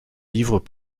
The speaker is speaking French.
livres